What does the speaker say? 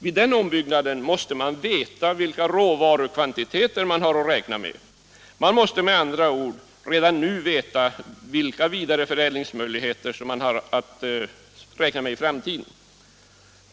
Vid den ombyggnaden måste man veta vilka råvarukvantiteter man har att räkna med. Man måste med andra ord redan nu känna till vilka vidareförädlingsmöjligheter man kan räkna med i framtiden.